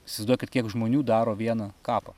įsivaizduokit kiek žmonių daro vieną kapą